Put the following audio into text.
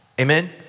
Amen